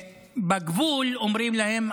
שבגבול אומרים להם: